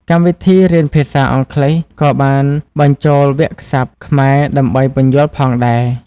កម្មវិធីរៀនភាសាអង់គ្លេសក៏បានបញ្ចូលវាក្យស័ព្ទខ្មែរដើម្បីពន្យល់ផងដែរ។